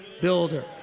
builder